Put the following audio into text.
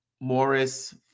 Morris